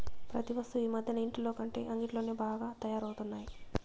ప్రతి వస్తువు ఈ మధ్యన ఇంటిలోకంటే అంగిట్లోనే బాగా తయారవుతున్నాయి